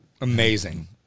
Amazing